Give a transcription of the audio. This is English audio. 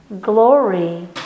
glory